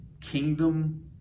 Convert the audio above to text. Kingdom